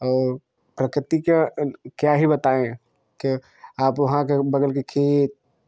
और प्राकृतिक क्या ही बताएँ कि आप वहाँ के बगल के खेत